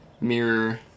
mirror